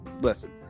listen